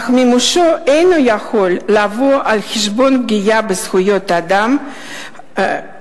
אך מימושו אינו יכול לבוא על חשבון פגיעה בזכויות האדם האחרות,